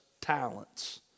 talents